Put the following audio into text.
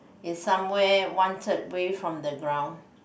it's somewhere one third way from the ground